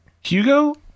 hugo